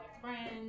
friends